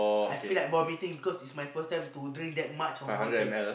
I feel like vomiting because it's my first time to drink that much of water